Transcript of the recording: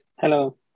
Hello